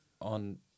on